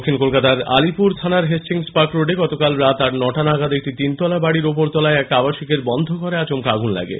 দক্ষিণ কলকাতার আলিপুর থানার হেস্টিংস পার্ক রোডে গতকাল রাত নটা নাগাদ একটি তিন তোলা বাড়ির ওপর তলায় এক আবাসিকের বন্ধ ঘরে আচমকা আগুন লাগে